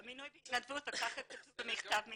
כך כתוב בכתב המינוי.